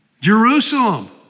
Jerusalem